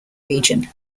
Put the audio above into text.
region